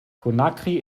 conakry